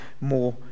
more